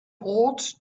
ought